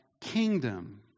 kingdom